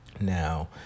Now